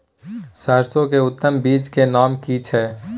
सरसो के उत्तम बीज के नाम की छै?